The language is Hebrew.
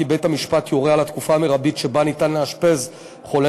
בית-המשפט יורה על התקופה המרבית שאפשר לאשפז חולה